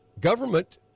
government